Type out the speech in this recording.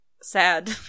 sad